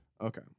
okay